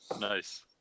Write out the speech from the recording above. Nice